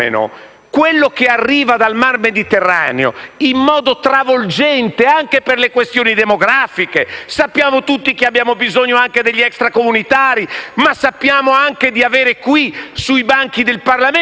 che arriva dal Mar Mediterraneo in modo travolgente anche per le questioni demografiche. Sappiamo tutti, infatti, di aver bisogno degli extracomunitari, ma sappiamo anche di avere qui, tra i banchi del Parlamento,